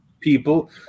people